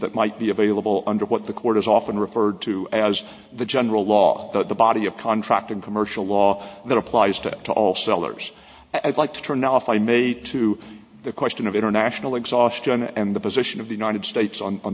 that might be available under what the court is often referred to as the general law the body of contract in commercial law that applies to all sellers as like to turn now if i may to the question of international exhaustion and the position of the united states on